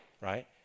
right